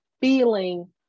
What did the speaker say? feeling